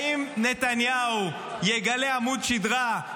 האם נתניהו יגלה עמוד שדרה,